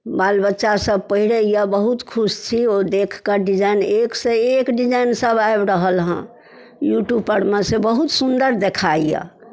बाल बच्चासभ पहिरैए बहुत खुश छी ओ देखि कऽ डिजाइन एकसँ एक डिजाइनसभ आबि रहल हेँ यूट्यूबपर मे से बहुत सुन्दर देखाइए